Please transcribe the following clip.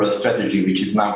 a strategy which is no